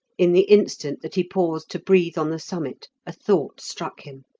in the instant that he paused to breathe on the summit a thought struck him.